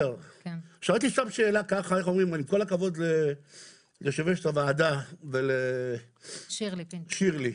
עם כל הכבוד ליושבת ראש הוועדה ולחברת הכנסת שירלי פינטו,